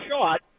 shot